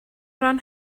ran